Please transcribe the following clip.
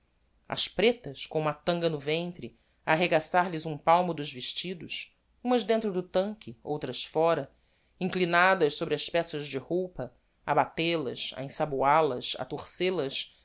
as pretas com uma tanga no ventre a arregaçar lhes um palmo dos vestidos umas dentro do tanque outras fóra inclinadas sobre as peças de roupa a batel as a ensaboal as a torcel as